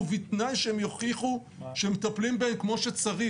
ובתנאי שהם יוכיחו שהם מטפלים בהם כמו שצריך.